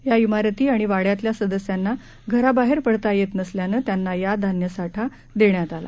या इमारती आणि वाङ्यातल्या सदस्यांना घराबाहेर पडता येत नसल्याने त्यांना या धान्यसाठा देण्यात आला